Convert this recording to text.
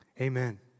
Amen